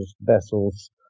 vessels